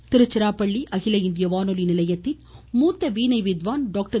மறைவு திருச்சிராப்பள்ளி அகில இந்திய வானொலி நிலையத்தின் மூத்த வீணை வித்வான் டாக்டர்